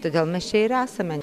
todėl mes čia ir esame